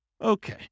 Okay